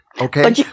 Okay